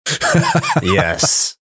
yes